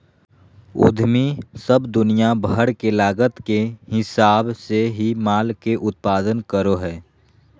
उद्यमी सब दुनिया भर के लागत के हिसाब से ही माल के उत्पादन करो हय